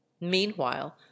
meanwhile